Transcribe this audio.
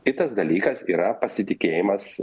kitas dalykas yra pasitikėjimas